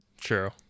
True